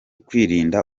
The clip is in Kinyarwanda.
kwirinda